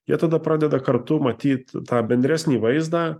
jie tada pradeda kartu matyt tą bendresnį vaizdą